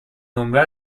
نمره